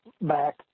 back